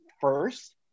first